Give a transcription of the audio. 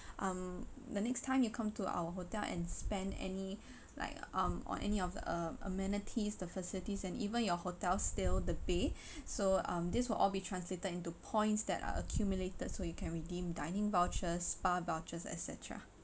um the next time you come to our hotel and spend any like um or any of a~ amenities the facilities and even your hotels still the bay so um this will all be translated into points that are accumulated so you can redeem dining vouchers spa vouchers et cetera